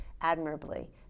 admirably